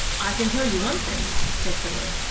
i can tell you one thing, said phyllis,